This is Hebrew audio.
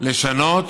לשנות